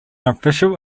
official